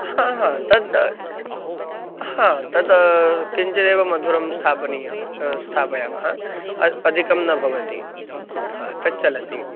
हा हा तद् हा तद् किञ्चिदेव मधुरं स्थापनीयं स्थापयामः अ अधिकं न भवति हा तत् चलति